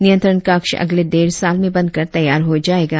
नियंत्रण कक्ष अगले डेढ़ साल में बनकर तैयार हो जाएगा